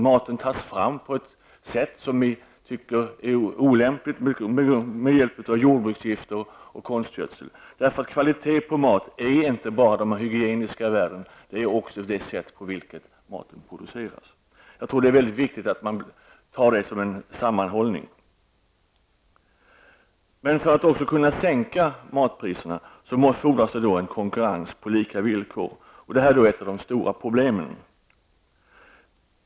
Maten tas fram på ett som vi tycker olämpligt sätt, dvs. med hjälp av jordbruksgifter och konstgödsel. Kvalitet på mat består inte enbart i att den har hygieniskt höga värden, utan den har också att göra med det sätt på vilket maten produceras. Det är dessa faktorer som sammantaget avgör kvaliteten på maten. För att kunna sänka matpriserna fordras också konkurrens på lika villkor. Det är ett av de stora problemen.